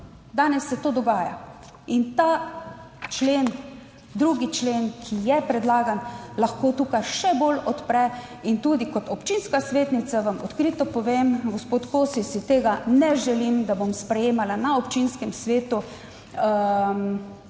danes se to dogaja in ta člen, 2. člen, ki je predlagan, lahko tukaj še bolj odpre in tudi kot občinska svetnica vam odkrito povem gospod Kosi, si tega ne želim, da bom sprejemala na občinskem svetu